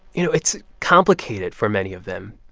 you know, it's complicated for many of them.